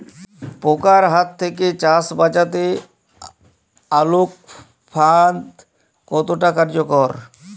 পোকার হাত থেকে চাষ বাচাতে আলোক ফাঁদ কতটা কার্যকর?